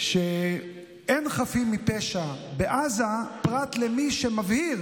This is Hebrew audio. שאין חפים מפשע בעזה פרט למי שמבהיר